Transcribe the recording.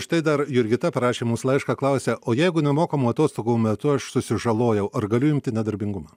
štai dar jurgita parašė mums laišką klausia o jeigu nemokamų atostogų metu aš susižalojau ar galiu imti nedarbingumą